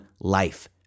life